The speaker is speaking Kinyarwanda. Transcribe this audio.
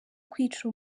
kwica